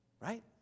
Right